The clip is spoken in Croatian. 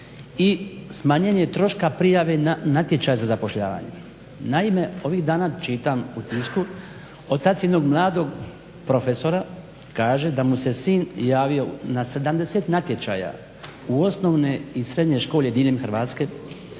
i smanjenje troška prijave na natječaj za zapošljavanje. Naime, ovih dana čitam u tisku, otac jednog mladog profesora kaže da mu se sin javio na 70 natječaja u osnovne i srednje škole diljem Hrvatske